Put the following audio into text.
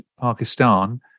Pakistan